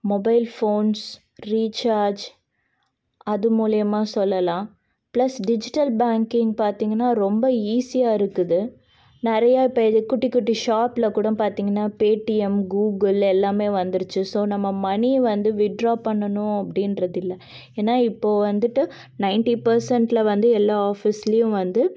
mobile phones recharge அது மூலயமா சொல்லலாம் ப்ளஸ் டிஜிட்டல் பேங்க்கிங் பார்த்திங்கன்னா ரொம்ப ஈஸியாக இருக்குது நிறையா பேர் குட்டிக் குட்டி ஷாப்ல கூட பார்த்திங்கன்னா பேடிஎம் கூகுள் எல்லாமே வந்துடுச்சு ஸோ நம்ம மனி வந்து வித்ட்ரா பண்ணணும் அப்படின்றதில்ல ஏன்னா இப்போ வந்துட்டு நயண்ட்டி பர்சண்ட்ல வந்து எல்லா ஆஃபீஸ்லியும் வந்து